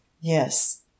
yes